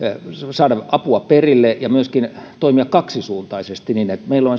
saada apua perille ja myöskin toimia kaksisuuntaisesti niin että kun meillä